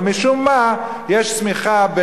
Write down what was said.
אבל משום מה יש צמיחה,